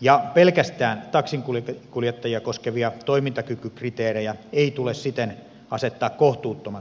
ja pelkästään taksinkuljettajia koskevia toimintakykykriteerejä ei tule siten asettaa kohtuuttoman tiukoiksi